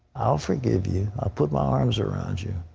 i'll forgive you. i'll put my arms around you.